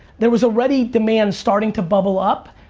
there was already demand starting to bubble up.